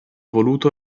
voluto